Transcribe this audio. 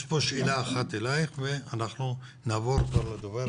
יש פה שאלה אחת אליך, ואנחנו נעבור לדובר הבא.